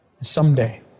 Someday